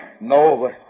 No